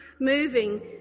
moving